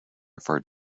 refer